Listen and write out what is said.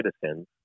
citizens